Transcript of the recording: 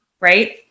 right